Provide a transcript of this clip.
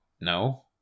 no